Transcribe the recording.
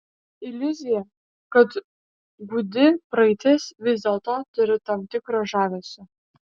iliuzija kad gūdi praeitis vis dėlto turi tam tikro žavesio